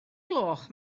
gloch